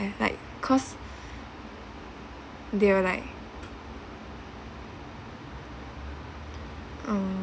like cause they will like um